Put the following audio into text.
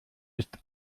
ist